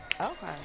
Okay